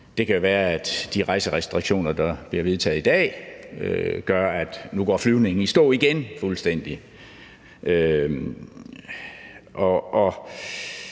det kan være, at de rejserestriktioner, der bliver vedtaget i dag, gør, at flyvningen nu igen går fuldstændig